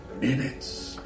minutes